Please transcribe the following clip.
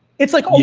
it's like,